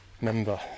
member